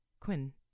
Quinn